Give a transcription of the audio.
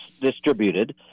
distributed